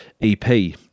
EP